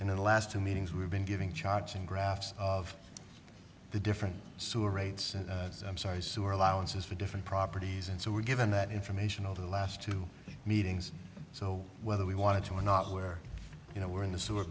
in the last two meetings we've been giving charging graphs of the different sewer rates i'm sorry sewer allowances for different properties and so we're given that information over the last two meetings so whether we wanted to or not where you know we're in the sewer